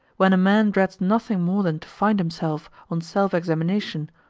when a man dreads nothing more than to find himself, on self-examination,